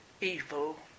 evil